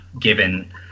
given